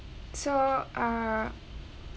so uh